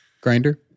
Grinder